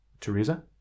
Teresa